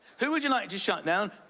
who would you like to shut down?